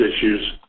issues